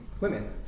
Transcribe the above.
women